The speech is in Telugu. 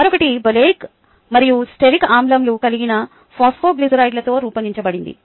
మరొకటి ఒలేయిక్ మరియు స్టెరిక్ ఆమ్లాలు కలిగిన ఫాస్ఫోగ్లిజరైడ్లతో రూపొందించబడింది